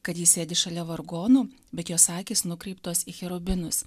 kad ji sėdi šalia vargonų bet jos akys nukreiptos į cherubinus